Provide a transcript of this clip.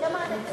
כמה התקציב?